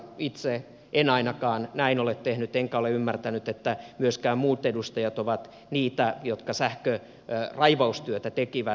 itse en ainakaan näin ole tehnyt enkä ole ymmärtänyt että myöskään muut edustajat ovat arvostelleet niitä jotka sähköraivaustyötä tekivät